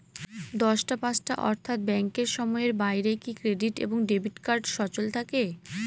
দশটা পাঁচটা অর্থ্যাত ব্যাংকের সময়ের বাইরে কি ক্রেডিট এবং ডেবিট কার্ড সচল থাকে?